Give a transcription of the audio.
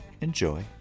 enjoy